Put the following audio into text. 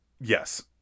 yes